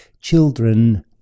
children